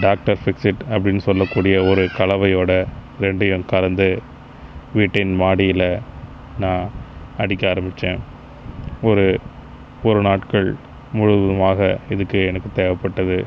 doctor fixit அப்படின்னு சொல்லக்கூடிய ஒரு கலவையோடு ரெண்டையும் கலந்து வீட்டின் மாடியில் நான் அடிக்க ஆரம்பித்தேன் ஒரு ஒரு நாட்கள் முழுவதுமாக இதுக்கு எனக்கு தேவைப்பட்டது